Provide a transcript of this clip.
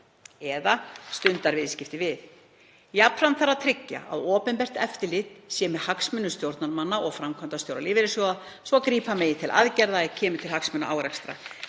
eða stundar viðskipti við. Jafnframt þarf að tryggja að opinbert eftirlit sé með hagsmunum stjórnarmanna og framkvæmdastjóra lífeyrissjóða svo grípa megi til aðgerða ef kemur til hagsmunaárekstra.